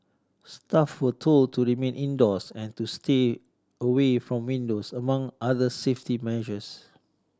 staff were told to remain indoors and to stay away from windows among other safety measures